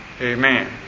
Amen